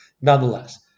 nonetheless